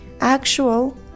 actual